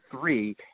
three